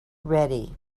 ready